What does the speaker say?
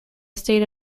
state